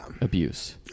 abuse